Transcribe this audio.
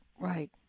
Right